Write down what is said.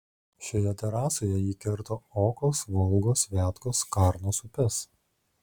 šioje terasoje ji kerta okos volgos viatkos karnos upes